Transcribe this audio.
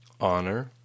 Honor